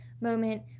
moment